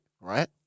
Right